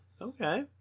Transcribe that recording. Okay